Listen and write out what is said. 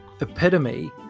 epitome